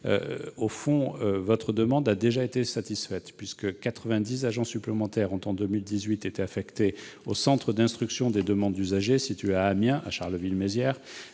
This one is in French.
moyens, votre demande me paraît satisfaite : en 2018, 90 agents supplémentaires ont été affectés aux centres d'instruction des demandes d'usagers, situés à Amiens, à Charleville-Mézières